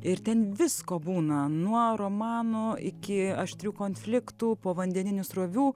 ir ten visko būna nuo romanų iki aštrių konfliktų povandeninių srovių